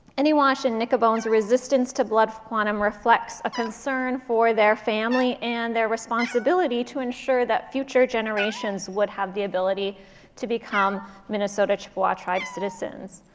anywaush and nickaboine's resistance to blood quantum reflects a concern for their family and their responsibility to ensure that future generations would have the ability to become minnesota chippewa tribe citizens.